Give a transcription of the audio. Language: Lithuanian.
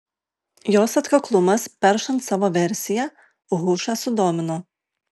jos atkaklumas peršant savo versiją hušą sudomino